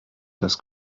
das